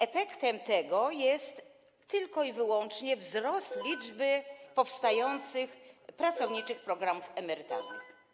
Efektem tego jest tylko i wyłącznie wzrost liczby powstających pracowniczych programów emerytalnych.